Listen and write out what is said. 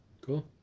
Cool